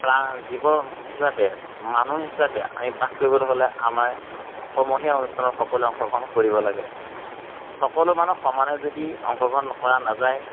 জীৱ হিচাপে মানুহ হিচাপে আমি বাস কৰিবলৈ হ'লে আমাৰ সমূহীয়া অনুষ্ঠানত সকলোৱে অংশগ্ৰহণ কৰিব লাগে সকলো মানুহ সমানে যদি অংশগ্ৰহণ কৰা নাযায়